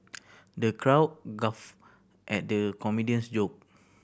the crowd guff at the comedian's joke